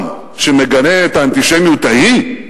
העולם, שמגנה את האנטישמיות ההיא,